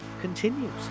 continues